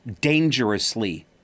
dangerously